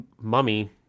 Mummy